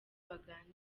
baganira